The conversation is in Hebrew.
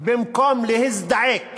במקום להזדעק